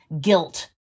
guilt